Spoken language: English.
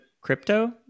crypto